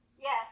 Yes